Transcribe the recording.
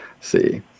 see